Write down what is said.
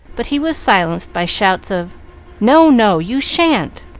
but he was silenced by shouts of no, no, you shan't!